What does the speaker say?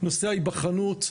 נושא ההיבחנות,